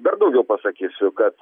dar daugiau pasakysiu kad